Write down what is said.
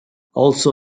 also